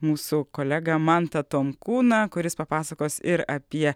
mūsų kolegą mantą tonkūną kuris papasakos ir apie